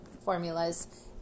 formulas